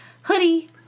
hoodie